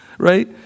right